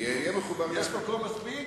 יש מקום מספיק?